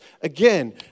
Again